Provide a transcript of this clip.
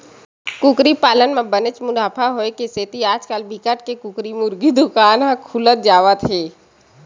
कुकरी पालन म बनेच मुनाफा होए के सेती आजकाल बिकट के कुकरी मुरगी दुकान ह खुलत जावत हे